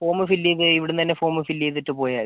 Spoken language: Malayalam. ഫോമ് ഫില്ല് ചെയ്ത് ഇവിടുന്നുതന്നെ ഫോമ് ഫില്ല് ചെയ്തിട്ട് പോയാൽ മതി